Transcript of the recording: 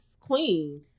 queen